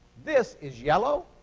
this is yellow.